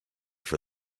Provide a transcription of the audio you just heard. for